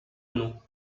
nous